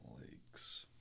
Lakes